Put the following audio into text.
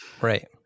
Right